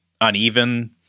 uneven